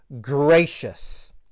gracious